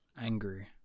angry